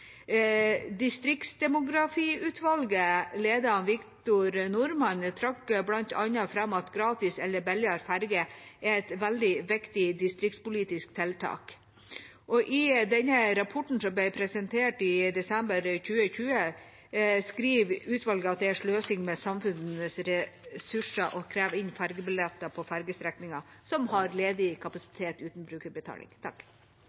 Distriktsdemografiutvalget, ledet av Victor D. Nordman, trakk bl.a. fram at gratis eller billigere ferger er et veldig viktig distriktspolitisk tiltak, og i deres rapport, som ble presentert i desember 2020, skriver utvalget at «det er sløsing med samfunnets ressurser å kreve inn fergebilletter og bompenger på strekninger og fergetilbud som vil ha ledig